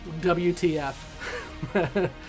WTF